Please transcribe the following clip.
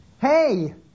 hey